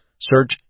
Search